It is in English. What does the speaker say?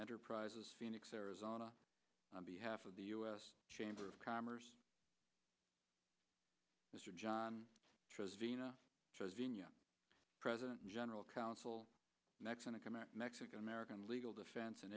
enterprises phoenix arizona on behalf of the u s chamber of commerce mr john president and general counsel mexican american legal defense